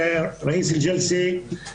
מקטינה את הדעות הקדומות בקרב האזרחים כולם.